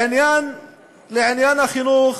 לעניין החינוך,